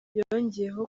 yongeyeho